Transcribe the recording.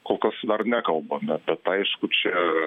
kol kas dar nekalbame bet aišku čia